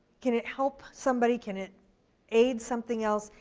can it help somebody, can it aid something else,